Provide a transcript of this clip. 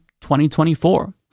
2024